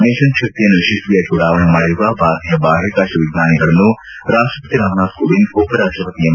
mission ಶಕ್ತಿಯನ್ನು ಯಶಸ್ವಿಯಾಗಿ ಉಡಾವಣೆ ಮಾಡಿರುವ ಭಾರತೀಯ ಬಾಹ್ಯಾಕಾಶ ವಿಜ್ಞಾನಿಗಳನ್ನು ರಾಷ್ಟಪತಿ ರಾಮನಾಥ್ ಕೋವಿಂದ್ ಉಪರಾಷ್ಟಪತಿ ಎಂ